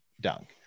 dunk